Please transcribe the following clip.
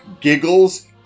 giggles